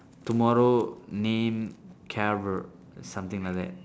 tomorrow name something like that